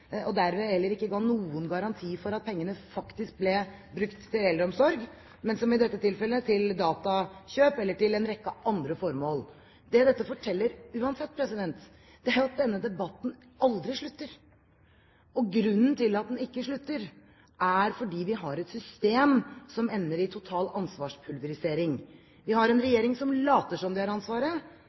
og derved heller ikke noen garanti for at pengene faktisk ble brukt til eldreomsorg, men, som i dette tilfellet, til datakjøp, eller til en rekke andre formål. Det dette uansett forteller, er at denne debatten aldri slutter. Grunnen til at den ikke slutter, er at vi har et system som ender i total ansvarspulverisering. Vi har en regjering som later som de har ansvaret.